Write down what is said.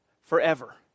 forever